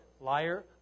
liar